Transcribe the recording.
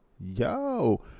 Yo